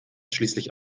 schließlich